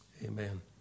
Amen